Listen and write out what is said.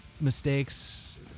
mistakes